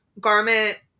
garment